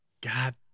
God